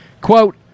Quote